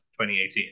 2018